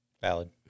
Valid